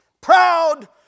Proud